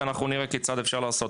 ואנחנו נראה כיצד אפשר לעשות.